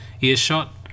earshot